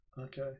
Okay